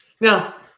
Now